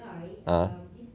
uh